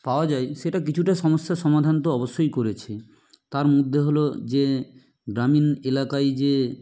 পাওয়া যায় সেটা কিছুটা সমস্যার সমাধান তো অবশ্যই করেছে তার মধ্যে হলো যে গ্রামীণ এলাকায় যে